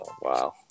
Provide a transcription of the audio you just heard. Wow